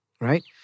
Right